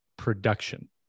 production